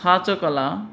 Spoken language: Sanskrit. सा च कला